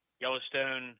yellowstone